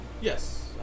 Yes